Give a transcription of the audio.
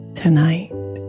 tonight